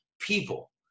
people